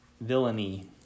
villainy